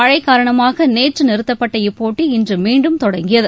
மழை காரணமாக நேற்று நிறுத்தப்பட்ட இப்போட்டி இன்று மீண்டும் தொடங்கியது